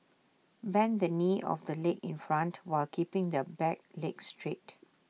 bend the knee of the leg in front while keeping the back leg straight